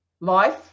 life